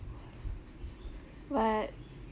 what